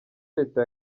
leta